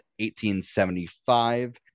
1875